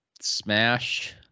smash